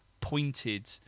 pointed